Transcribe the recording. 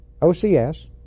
OCS